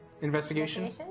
Investigation